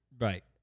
Right